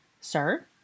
Sir